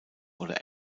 oder